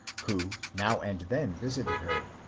who now and then visited her,